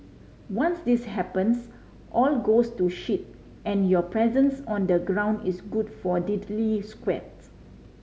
once this happens all goes to shit and your presence on the ground is good for diddly squat